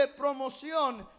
promoción